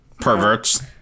Perverts